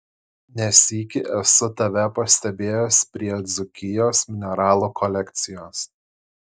ne sykį esu tave pastebėjęs prie dzūkijos mineralų kolekcijos